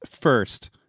first